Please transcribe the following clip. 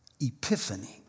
epiphany